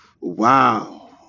wow